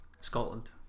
Scotland